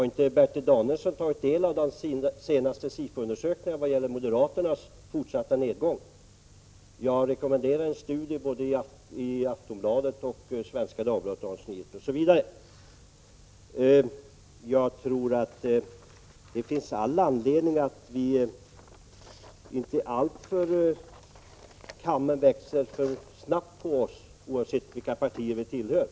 Har inte Bertil Danielsson tagit del av de senaste Sifo-undersökningarna som visat på en fortsatt nedgång för moderaterna? Jag rekommenderar en studie av Aftonbladet, Svenska Dagbladet, Dagens Nyheter osv. Vi skall inte låta kammen växa för snabbt på oss, oavsett vilka partier vi tillhör.